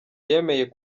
yemeye